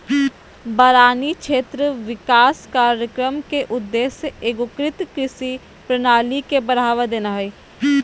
बारानी क्षेत्र विकास कार्यक्रम के उद्देश्य एगोकृत कृषि प्रणाली के बढ़ावा देना हइ